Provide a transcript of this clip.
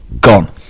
gone